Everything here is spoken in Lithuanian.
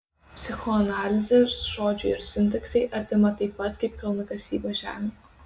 psichoanalizė žodžiui ir sintaksei artima taip pat kaip kalnakasyba žemei